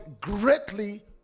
greatly